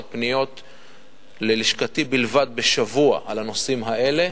300 פניות בשבוע רק על הנושאים האלה,